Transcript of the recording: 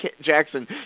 Jackson